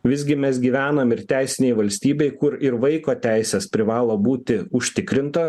visgi mes gyvenam ir teisinėj valstybėj kur ir vaiko teisės privalo būti užtikrinta